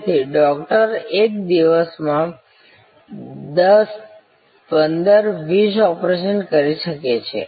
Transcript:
તેથી ડૉક્ટર એક દિવસમાં 10 15 20 ઑપરેશન કરી શકે છે